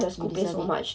you deserve it